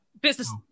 business